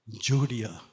Judea